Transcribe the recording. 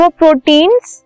proteins